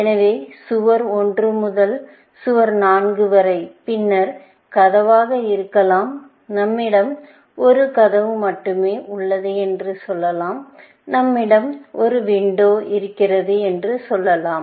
எனவே சுவர் 1 முதல் சுவர் 4 வரை பின்னர் கதவாக இருக்கலாம் நம்மிடம் 1 கதவு மட்டுமே உள்ளது என்று சொல்லலாம் நம்மிடம் ஒரு விண்டோ இருக்கிறது என்று சொல்லலாம்